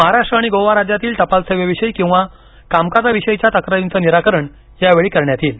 महाराष्ट्र आणि गोवा राज्यातील टपाल सेवेविषयी किंवा कामकाजाविषयीच्या तक्रारींचं निराकरण यावेळी करण्यात येईल